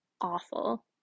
Awful